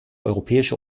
europäische